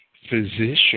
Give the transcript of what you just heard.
physician